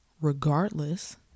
regardless